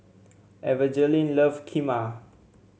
Evangeline love Kheema